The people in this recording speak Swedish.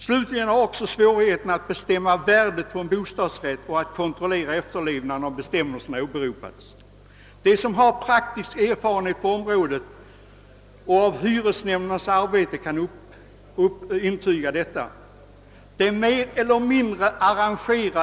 Svårigheterna att bestämma värdet på en bostadsrätt och att kontrollera efterlevnaden av bestämmelserna har också åberopats. De som har praktisk erfarenhet på området och erfarenhet av hyresnämndernas arbete kan intyga ' att det föreligger svårigheter härvidlag.